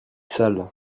sale